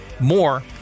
more